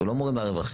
הוא לא מוריד מהרווחים.